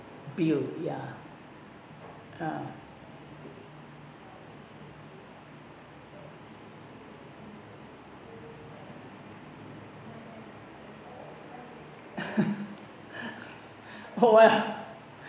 bill ya uh